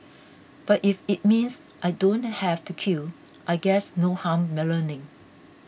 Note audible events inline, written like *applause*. but if it means I don't have to queue I guess no harm *unintelligible* learning